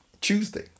Tuesday